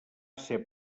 ser